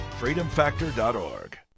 FreedomFactor.org